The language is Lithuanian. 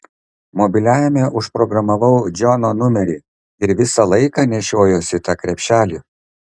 mobiliajame užprogramavau džono numerį ir visą laiką nešiojuosi tą krepšelį